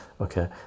Okay